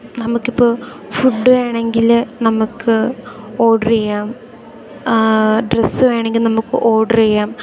നമുക്കിപ്പോൾ ഫുഡ് വേണമെങ്കിൽ നമുക്ക് ഓർഡർ ചെയ്യാം ഡ്രസ്സ് വേണമെങ്കിൽ നമുക്ക് ഓർഡർ ചെയ്യാം